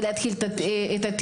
הוא מתחיל את הטיפול,